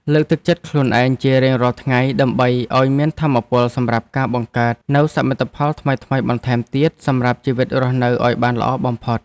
លើកទឹកចិត្តខ្លួនឯងជារៀងរាល់ថ្ងៃដើម្បីឱ្យមានថាមពលសម្រាប់ការបង្កើតនូវសមិទ្ធផលថ្មីៗបន្ថែមទៀតសម្រាប់ជីវិតរស់នៅឱ្យបានល្អបំផុត។